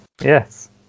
Yes